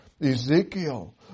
Ezekiel